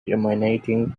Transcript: dominating